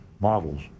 models